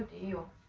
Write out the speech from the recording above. you